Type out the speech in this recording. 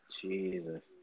Jesus